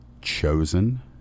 chosen